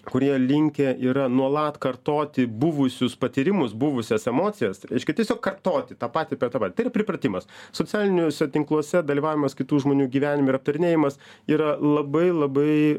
kurie linkę yra nuolat kartoti buvusius patyrimus buvusias emocijas reiškia tiesiog kartoti tą patį tą patį tai yra pripratimas socialiniuose tinkluose dalyvavimas kitų žmonių gyvenime ir aptarinėjimas yra labai labai